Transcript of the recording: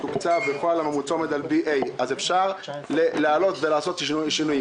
תוקצב בפועל על B.A. אז אפשר לעלות ולעשות שינויים.